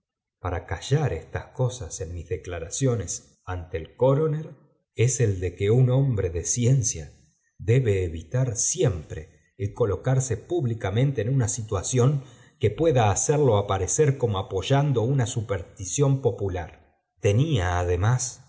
para callar estas cosas en mis declaraciones ante el cotoner es el de que un hombre de ciencia debe evitár siempre el colocarse públicamente en una situación que pueda hacerlo aparecer como apoyando una superstición popular tenía además